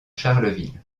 charleville